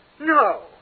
No